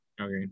Okay